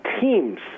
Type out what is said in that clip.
teams